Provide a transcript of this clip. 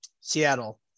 Seattle